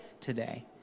today